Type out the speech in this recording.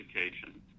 education